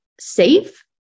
safe